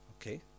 Okay